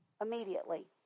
immediately